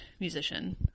musician